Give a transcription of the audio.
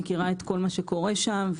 מכירה את כל מה שקורה שם,